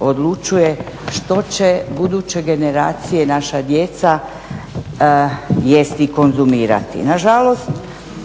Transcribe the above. odlučuje što će buduće generacije i naša djeca jesti i konzumirati.